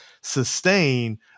sustain